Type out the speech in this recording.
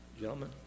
gentlemen